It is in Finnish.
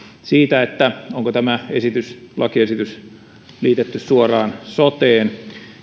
siitä onko tämä lakiesitys liitetty suoraan soteen